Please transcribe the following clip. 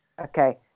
okay